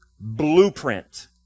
blueprint